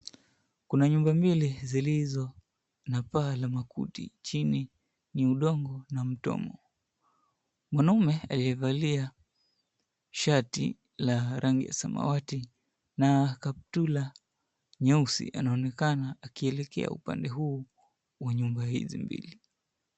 Kuna nyumba mbili zilizo na paa la makuti. Chini ni udongo na mtonge. Mwanaume aliyevalia shati la rangi ya samawati na kaptula nyeusi anaonekana akielekea upande huu wa nyumba hizi mbili.